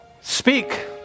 speak